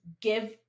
give